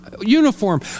uniform